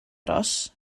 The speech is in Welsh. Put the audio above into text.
aros